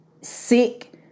sick